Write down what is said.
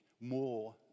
more